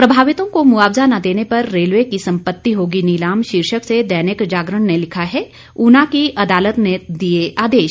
प्रभावितों को मुआवजा न देने पर रेलवे की सम्पत्ति होगी नीलाम शीर्षक से दैनिक जागरण ने लिखा है ऊना की अदालत ने दिये आदेश